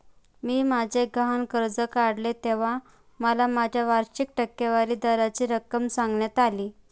मी माझे गहाण कर्ज काढले तेव्हा मला माझ्या वार्षिक टक्केवारी दराची रक्कम सांगण्यात आली